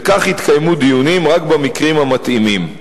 וכך יתקיימו דיונים רק במקרים המתאימים.